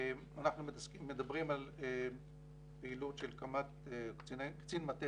אנחנו מדברים על פעילות של קצין מטה